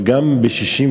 אבל גם ב-1967,